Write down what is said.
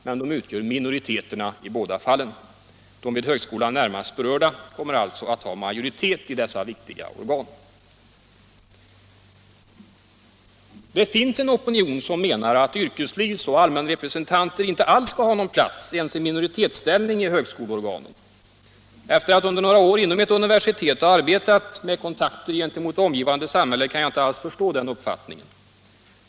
Men de utgör minoriteter i båda fallen. De vid högskolan närmast berörda kommer alltså att ha majoritet i dessa viktiga organ. Det finns en opinion som menar att yrkeslivs och allmänrepresentanter inte alls skall ha någon plats ens i minoritetsställning i högskoleorganen. Efter att under några år inom ett universitet ha arbetat med kontakter gentemot det omgivande samhället kan jag inte alls förstå den uppfattningen.